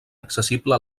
accessible